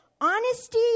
honesty